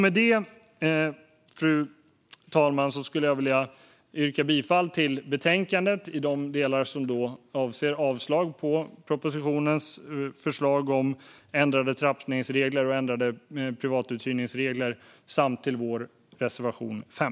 Med detta, fru talman, skulle jag vilja yrka bifall till utskottets förslag i betänkandet i de delar som avser avslag på propositionens förslag om ändrade trappningsregler och ändrade privatuthyrningsregler samt till vår reservation 5.